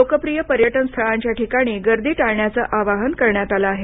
लोकप्रिय पर्यटन स्थळांच्या ठिकाणी गर्दी टाळण्याचं आवाहन करण्यात आलं आहे